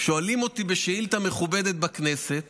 שואלים אותי בשאילתה מכובדת בכנסת